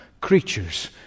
creatures